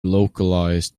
localised